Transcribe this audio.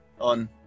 on